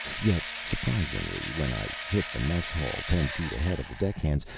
yet, surprisingly, when i hit the mess hall ten feet ahead of the deckhands,